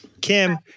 Kim